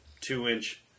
two-inch